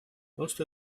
most